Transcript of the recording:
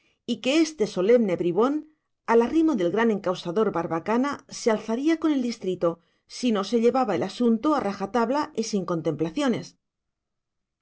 y que este solemne bribón al arrimo del gran encausador barbacana se alzaría con el distrito si no se llevaba el asunto a rajatabla y sin contemplaciones